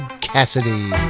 Cassidy